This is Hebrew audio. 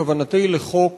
כוונתי לחוק